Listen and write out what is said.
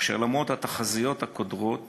כאשר למרות התחזיות הקודרות